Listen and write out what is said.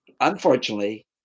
Unfortunately